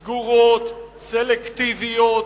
סגורות, סלקטיביות,